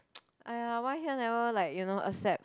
!aiya! why here never like you know accept